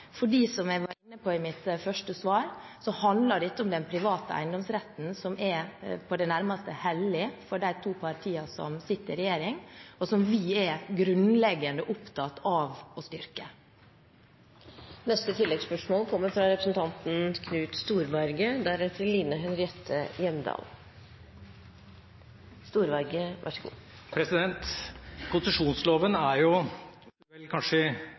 i mitt første svar, handler dette om den private eiendomsretten, som er på det nærmeste hellig for de to partiene som sitter i regjering, og som vi er grunnleggende opptatt av å styrke.